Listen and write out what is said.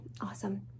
Awesome